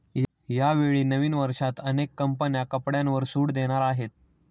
यावेळी नवीन वर्षात अनेक कंपन्या कपड्यांवर सूट देणार आहेत